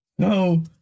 No